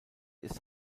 ist